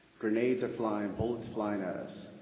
grenades are flying, bullets flying at us,